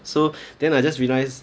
so then I just realize